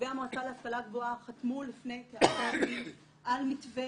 והמועצה להשכלה גבוהה חתמו לפני --- על מתווה